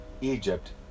Egypt